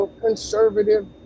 conservative